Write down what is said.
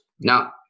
Now